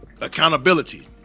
Accountability